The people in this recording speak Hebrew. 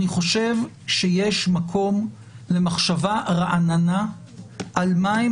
אני חושב שיש מקום למחשבה רעננה על מהם